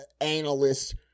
analysts